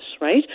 right